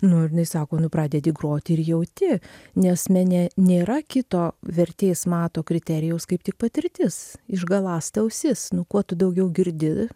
nu ir jinai sako nu pradedi groti ir jauti nes mene nėra kito vertės mato kriterijaus kaip tik patirtis išgaląsta ausis nu kuo tu daugiau girdi